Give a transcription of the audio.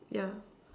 yeah